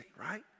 right